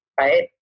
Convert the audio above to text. Right